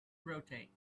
rotate